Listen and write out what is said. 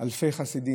של אלפי חסידים.